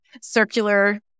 circular